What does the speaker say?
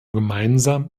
gemeinsam